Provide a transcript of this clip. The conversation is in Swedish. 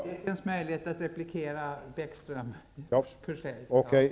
Det finns möjlighet att replikera Lars Bäckström senare.